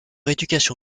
éducation